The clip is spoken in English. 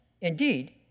Indeed